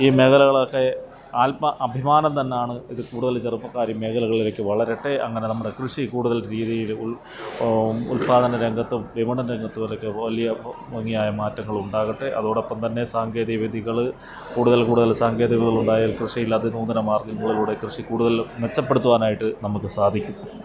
ഈ മേഖലകൾ ഒക്കെ ആത്മാഭിമാനം തന്നെയാണ് ഇത് കൂടുതൽ ചെറുപ്പക്കാർ ഈ മേഖലകളിലേക്ക് വളരട്ടെ അങ്ങനെ നമ്മുടെ കൃഷി കൂടുതൽ രീതിയിൽ ഉല്പ്പാദന രംഗത്തും വിപണന രംഗത്തും അതൊക്കെ വലിയ ഭംഗിയായ മാറ്റങ്ങളും ഉണ്ടാകട്ടെ അതോടൊപ്പം തന്നെ സാങ്കേതികവിദ്യകൾ കൂടുതൽ കൂടുതൽ സാങ്കേതികതകൾ ഉണ്ടായാല് കൃഷിയില്ലാത്ത നൂതന മാര്ഗങ്ങളിലൂടെ കൃഷി കൂടുതൽ മെച്ചപ്പെടുത്തുവാനായിട്ട് നമുക്ക് സാധിക്കും